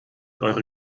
eure